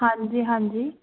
ਹਾਂਜੀ ਹਾਂਜੀ